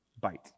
bite